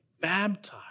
baptized